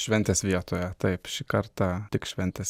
šventės vietoje taip šį kartą tik šventės